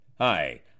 Hi